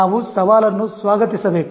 ನಾವು ಸವಾಲನ್ನು ಸ್ವಾಗತಿಸಬೇಕು